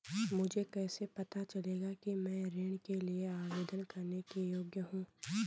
मुझे कैसे पता चलेगा कि मैं ऋण के लिए आवेदन करने के योग्य हूँ?